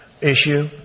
issue